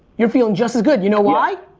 you're feeling just as good. you know why?